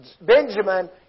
Benjamin